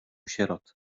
sierot